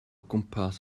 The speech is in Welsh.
gwmpas